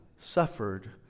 suffered